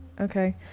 Okay